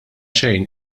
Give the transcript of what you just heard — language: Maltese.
xejn